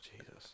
Jesus